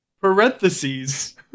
parentheses